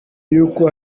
y’uko